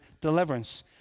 deliverance